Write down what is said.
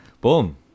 Boom